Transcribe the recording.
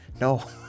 no